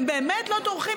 הם באמת לא טורחים,